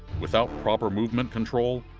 without proper movement control,